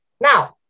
now